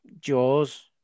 jaws